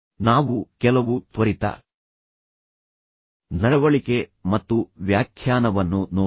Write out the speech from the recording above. ನಾವು ಕೆಲವು ತ್ವರಿತ ನಡವಳಿಕೆ ಮತ್ತು ವ್ಯಾಖ್ಯಾನವನ್ನು ನೋಡೋಣ